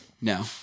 No